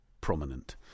prominent